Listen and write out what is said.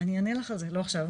אני אענה לך על זה, לא עכשיו.